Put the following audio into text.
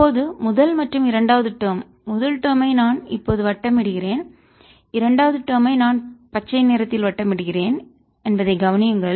இப்போது முதல் மற்றும் இரண்டாவது டேர்ம் முதல் டேர்ம் ஐ நான் இப்போது வட்டமிடுகிறேன் இரண்டாவது டேர்ம் ஐ நான் பச்சை நிறத்தில் வட்டமிடுகிறேன் என்பதை கவனியுங்கள்